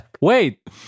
wait